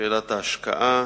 שאלת ההשקעה,